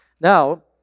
Now